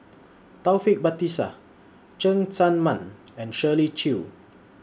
Taufik Batisah Cheng Tsang Man and Shirley Chew